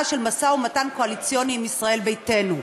של משא-ומתן קואליציוני עם ישראל ביתנו,